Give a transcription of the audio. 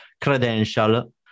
credential